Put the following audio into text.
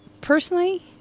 personally